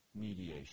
mediation